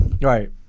Right